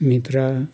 मित्र